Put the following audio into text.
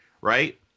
right